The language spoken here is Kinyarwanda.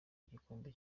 igikombe